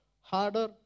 harder